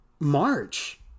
march